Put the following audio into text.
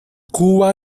cuba